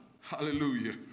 Hallelujah